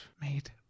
made